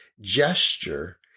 gesture